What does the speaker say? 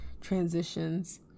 transitions